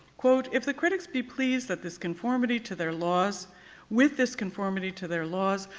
if the critics be pleased that this conformity to their laws with this conformity to their laws,